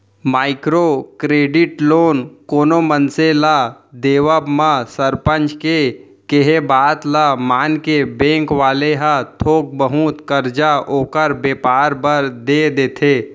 micro credit loan कोनो मनसे ल देवब म सरपंच के केहे बात ल मानके बेंक वाले ह थोक बहुत करजा ओखर बेपार बर देय देथे